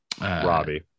Robbie